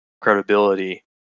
credibility